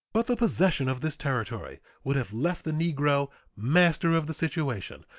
but the possession of this territory would have left the negro master of the situation,